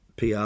PR